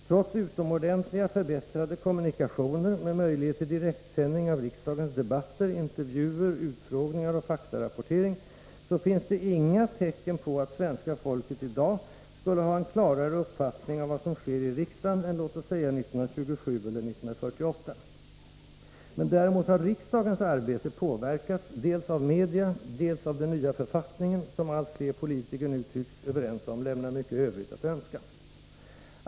Trots utomordentliga förbättrade kommunikationer med möjlighet till direktsändningar av riksdagens debatter, intervjuer, utfrågningar och faktarapportering så finns det inga tecken på att svenska folket i dag skulle ha en klarare uppfattning av vad som sker i riksdagen än låt oss säga 1927 eller 1948. Men däremot har riksdagens arbete påverkats, dels av media, dels av den nya författningen — som allt fler politiker nu tycks överens om lämnar mycket övrigt att önska.